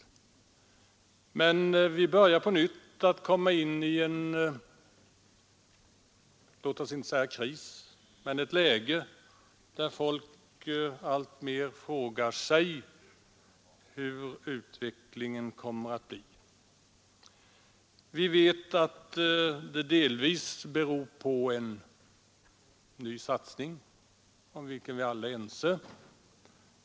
Jag vill inte påstå att vi på nytt har kommit in i en kris, men vi har fått ett läge där folk alltmer frågar sig hur utvecklingen kommer att bli. Vi vet att det delvis beror på en ny satsning om vilken vi alla är ense.